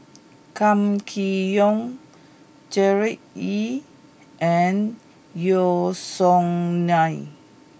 Kam Kee Yong Gerard Ee and Yeo Song Nian